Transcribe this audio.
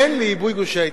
כן לעידוד גושי ההתיישבות.